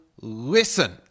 listen